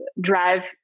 drive